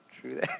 True